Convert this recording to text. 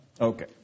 Okay